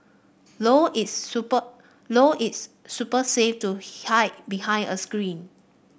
low its super low its super safe to hide behind a screen